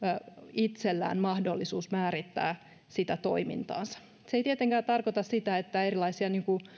itsellään mahdollisuus määrittää sitä toimintaansa se ei tietenkään tarkoita sitä että erilaisia